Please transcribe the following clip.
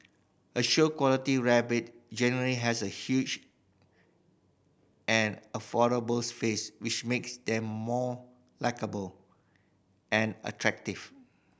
a show quality rabbit generally has a huge and face which makes them more likeable and attractive